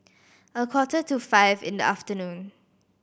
a quarter to five in the afternoon